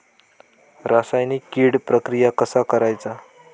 रासायनिक कीड प्रक्रिया कसा करायचा?